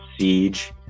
Siege